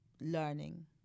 learning